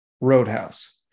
Roadhouse